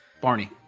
Barney